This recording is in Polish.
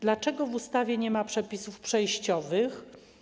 Dlaczego w ustawie nie ma przepisów przejściowych?